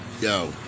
Yo